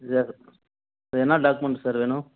என்ன document sir வேணும்